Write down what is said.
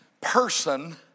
person